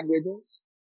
languages